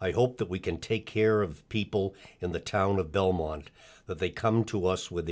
i hope that we can take care of people in the town of belmont that they come to us with